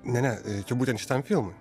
ne ne būtent šitam filmui